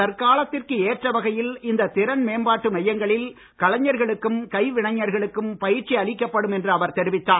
தற்காலத்திற்கு ஏற்ற வகையில் இந்த திறன்மேம்பாட்டு மையங்களில் கலைஞர்களுக்கும் கைவினைஞர்களுக்கும் பயிற்சி அளிக்கப்படும் என்று அவர் தெரிவித்தார்